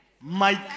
Mike